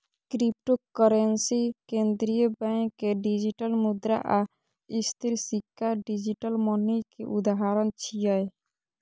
cryptocurrency, केंद्रीय bank के digital मुद्रा आ स्थिर सिक्का डिजिटल मनी के उदाहरण छियै